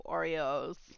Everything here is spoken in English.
Oreos